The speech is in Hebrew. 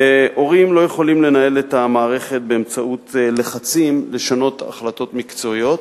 הורים לא יכולים לנהל את המערכת באמצעות לחצים לשנות החלטות מקצועיות.